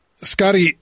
Scotty